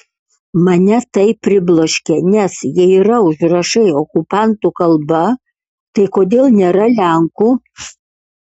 mane tai pribloškė nes jei yra užrašai okupantų kalba tai kodėl nėra lenkų